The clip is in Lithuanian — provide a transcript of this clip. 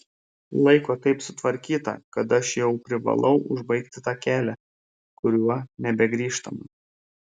laiko taip sutvarkyta kad aš jau privalau užbaigti tą kelią kuriuo nebegrįžtama